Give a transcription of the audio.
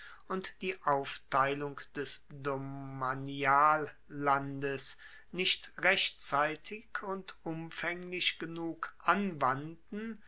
und die aufteilung des domaniallandes nicht rechtzeitig und umfaenglich genug anwandten